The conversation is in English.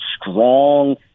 strong